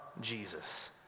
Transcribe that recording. Jesus